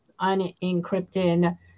unencrypted